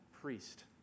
priest